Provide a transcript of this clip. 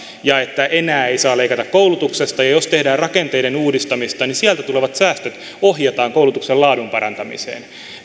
ja että enää ei saa leikata koulutuksesta ja jos tehdään rakenteiden uudistamista niin sieltä tulevat säästöt ohjataan koulutuksen laadun parantamiseen